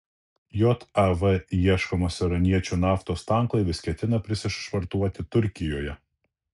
jav ieškomas iraniečių naftos tanklaivis ketina prisišvartuoti turkijoje